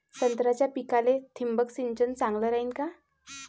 संत्र्याच्या पिकाले थिंबक सिंचन चांगलं रायीन का?